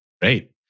Great